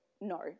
no